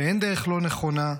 שאין דרך לא נכונה,